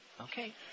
Okay